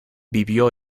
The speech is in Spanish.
vivió